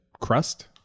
crust